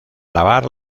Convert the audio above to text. lavar